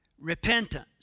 repentance